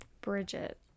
Bridget